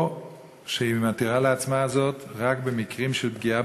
או שהיא מתירה זאת לעצמה רק במקרים של פגיעה